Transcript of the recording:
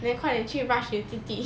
then 快点去 rush 你的弟弟